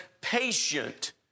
patient